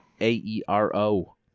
A-E-R-O